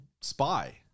spy